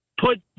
put